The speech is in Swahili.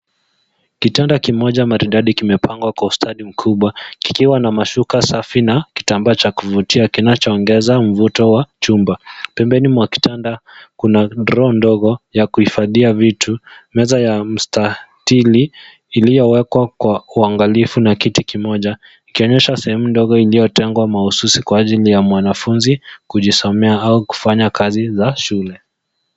Kitanda kimoja maridadi kimepangwa kwa ustadi mkubwa, kikiwa na mashuka safi na kitambaa cha kuvutia kinachoongeza mvuto wa chumba. Pembeni mwa kitanda, kuna droo ndogo ya kuhifadhia vitu. Meza ya mstatili iliyowekwa kwa uangalifu na kiti kimoja ikionyesha sehemu ndogo iliyotengwa mahususi kwa ajili ya mwanafunzi kujisomea au kufanya kazi za shule.